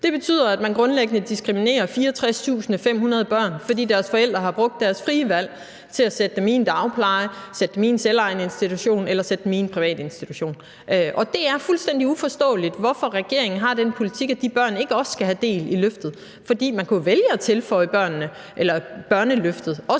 Det betyder, at man grundlæggende diskriminerer 64.500 børn, fordi deres forældre har brugt deres frie valg til at sætte dem i en dagpleje, sætte dem i en selvejende institution eller sætte dem i en privat institution. Det er fuldstændig uforståeligt, hvorfor regeringen har den politik, at de børn ikke skal have del i løftet, fordi man jo kunne vælge også at brede børneløftet